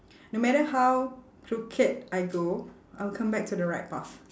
no matter how crooked I go I'll come back to the right path